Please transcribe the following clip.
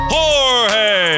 Jorge